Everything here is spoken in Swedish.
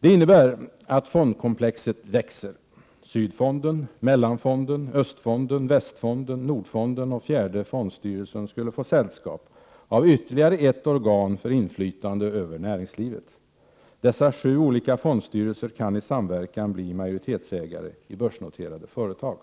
Det innebär att fondkomplexet växer: Sydfonden, Mellanfonden, Östfonden, Västfonden, Nordfonden och fjärde fondstyrelsen skulle få sällskap av ytterligare ett organ för inflytande över näringslivet. Dessa sju olika fondstyrelser kan i samverkan bli majoritetsägare i börsnoterade företag.